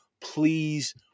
please